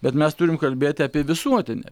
bet mes turim kalbėti apie visuotinį